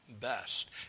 best